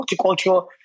multicultural